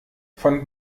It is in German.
von